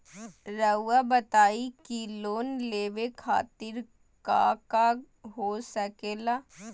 रउआ बताई की लोन लेवे खातिर काका हो सके ला?